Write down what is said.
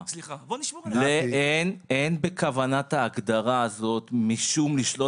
ואין בכוונת ההגדרה הזאת משום לשלול